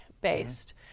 based